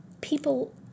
People